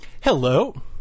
Hello